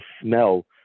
smell